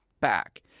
back